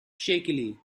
shakily